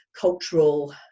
cultural